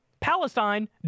Palestine